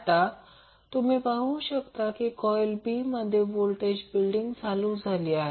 आता तुम्ही पाहू शकता कॉइल B मध्ये व्होल्टेज बिल्डिंग चालू झाली आहे